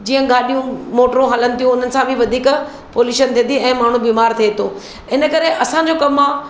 जीअं गाॾियूं मोटरूं हलनि थियूं उन्हनि सां बि वधीक पोलुशन थिए थी ऐं माण्हू बीमारु थिए थो इनकरे असांजो कमु आहे